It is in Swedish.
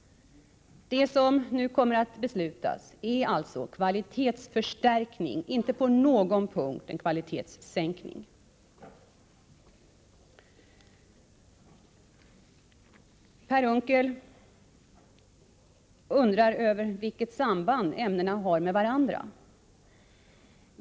Det som nu kommer att beslutas innebär alltså en kvalitetsförstärkning och inte på någon punkt en kvalitetssänkning. Per Unckel undrar vilket samband ämnena har med varandra.